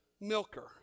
milker